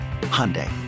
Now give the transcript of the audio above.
Hyundai